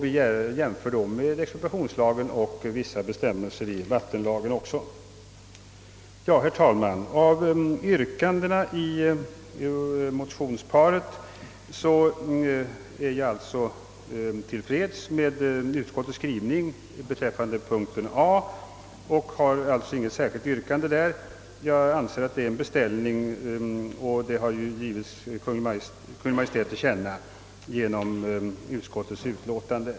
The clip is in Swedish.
Vi jämför med expropriationslagen och även med vissa bestämmelser i vattenlagen. Herr talman! Jag är till freds med utskottets skrivning beträffande punkten A i motionerna och har alltså inte något särskilt yrkande därvidlag. Jag anser att det är en beställning som har givits Kungl. Maj:t till känna genom utskottsutlåtandet.